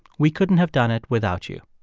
we couldn't have done it without you.